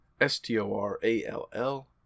s-t-o-r-a-l-l